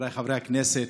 חבריי חברי הכנסת,